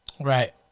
right